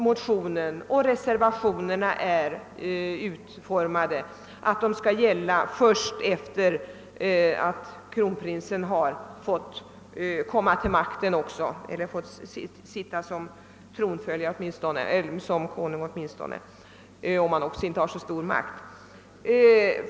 Motionen och reservationerna är utformade så, att en ny tronföljdsordning skall gälla först sedan kronprinsen kommit till makten — eller blivit konung; han kanske inte får särskilt stor makt.